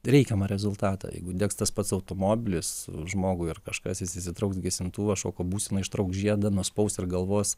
reikiamą rezultatą jeigu degs tas pats automobilis žmogui ar kažkas jis išsitrauks gesintuvą šoko būsenoj ištrauks žiedą nuspaus ir galvos